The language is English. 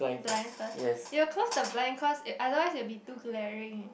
blind first you'll close the blind cause otherwise it'll be too glaring